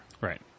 right